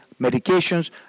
medications